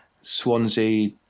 Swansea